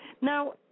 Now